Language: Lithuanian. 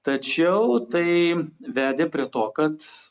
tačiau tai vedė prie to kad